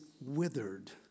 withered